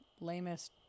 lamest